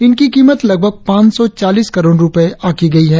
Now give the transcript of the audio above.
इनकी कीमत लगभग पांच सौ चालीस करोड़ रुपये आंकी गई है